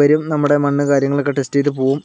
വരും നമ്മുടെ മണ്ണ് കാര്യങ്ങളൊക്കെ ടെസ്റ്റ് ചെയ്ത് പോകും